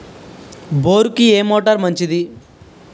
బోరుకి ఏ మోటారు మంచిది?